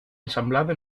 ensamblado